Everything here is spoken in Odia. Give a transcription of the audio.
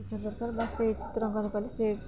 କି ଦରକାର ବାସ ସେ ଚିତ୍ରାଙ୍କନ କରି ସେ